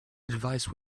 advice